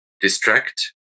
distract